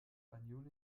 banjul